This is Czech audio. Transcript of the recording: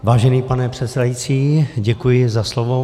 Vážený pane předsedající, děkuji za slovo.